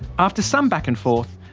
after some back and forth,